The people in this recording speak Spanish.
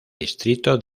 distrito